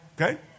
Okay